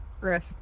Griff